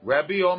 Rabbi